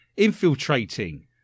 Infiltrating